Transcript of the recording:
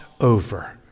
over